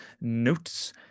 notes